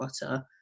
Butter